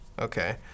Okay